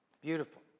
Beautiful